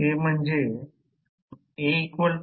येथे हे जे लिहिले आहे ते इथे समीकरण आहे